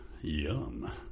Yum